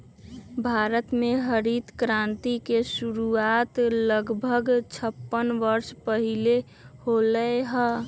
भारत में हरित क्रांति के शुरुआत लगभग छप्पन वर्ष पहीले होलय हल